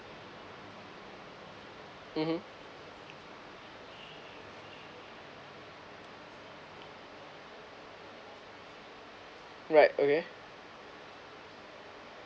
mmhmm right okay